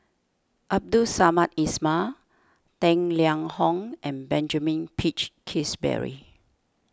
Abdul Samad Ismail Tang Liang Hong and Benjamin Peach Keasberry